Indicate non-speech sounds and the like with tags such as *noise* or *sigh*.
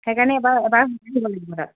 সেইকাৰণে এবাৰ *unintelligible* দিব লাগিব তাত